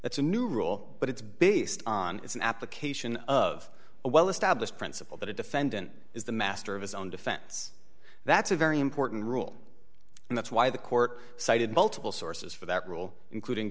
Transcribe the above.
that's a new rule but it's based on it's an application of a well established principle that a defendant is the master of his own defense that's a very important rule and that's why the court cited multiple sources for that rule including